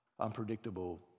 unpredictable